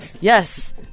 Yes